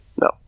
No